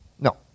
No